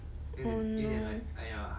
oh no